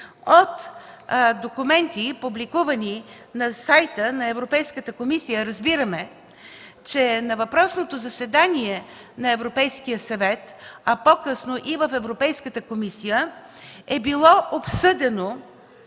От документи, публикувани на сайта на Европейската комисия, разбираме, че на въпросното заседание на Европейския съвет, а по-късно и в Европейската комисия, е било обсъдено